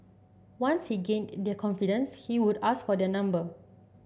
once he gained their confidence he would ask for their number